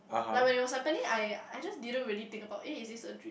like when it was happening I I just didn't really think about eh is this a dream